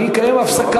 רבותי,